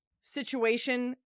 situation